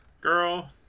girl